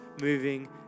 moving